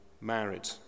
married